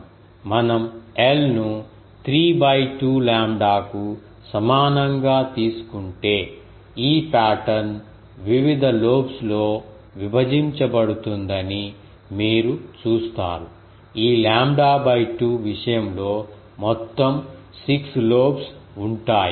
మనం l ను 3 by 2 లాంబ్డాకు సమానంగా తీసుకుంటే ఈ పాటర్న్ వివిధ లోబ్స్ లో విభజించబడుతుందని మీరు చూస్తారు ఈ లాంబ్డా by 2 విషయంలో మొత్తం 6 లోబ్స్ ఉంటాయి